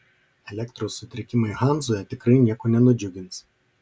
elektros sutrikimai hanzoje tikrai nieko nenudžiugins